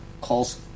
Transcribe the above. calls